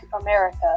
America